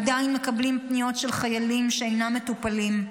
עדיין מקבלים פניות של חיילים שאינם מטופלים.